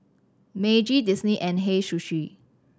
Meiji Disney and Hei Sushi